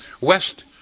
West